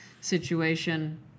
situation